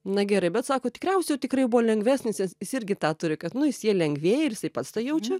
na gerai bet sako tikriausiai jau tikrai buvo lengvesnis nes is irgi tą turi kad nu is ie lengvėja ir isai pas tą jaučia